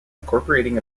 incorporating